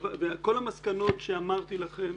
כל המסקנות שאמרתי לכם,